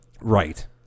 Right